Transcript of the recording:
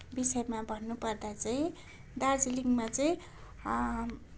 विषयमा भन्नुपर्दा चाहिँ दार्जिलिङमा चाहिँ